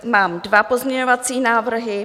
Mám dva pozměňovací návrhy.